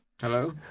hello